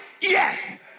yes